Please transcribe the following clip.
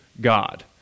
God